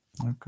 Okay